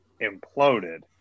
imploded